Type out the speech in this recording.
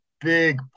big